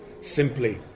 simply